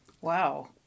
Wow